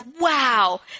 wow